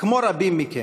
כמו רבים מכם,